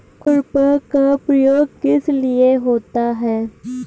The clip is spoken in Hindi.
खुरपा का प्रयोग किस लिए होता है?